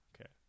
Okay